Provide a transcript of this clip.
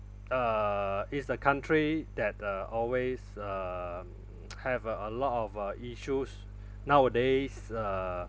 uh is the country that uh always um have uh a lot of uh issues nowadays uh